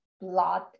blood